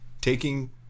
taking